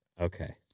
Okay